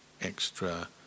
extra